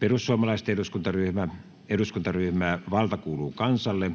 perussuomalaisten eduskuntaryhmä, eduskuntaryhmä Valta kuuluu kansalle,